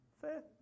Fair